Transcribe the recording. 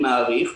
אני מעריך,